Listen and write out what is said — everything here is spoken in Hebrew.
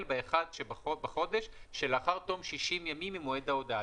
ב-1 בחודש שלאחר תום 60 ימים ממועד ההודעה.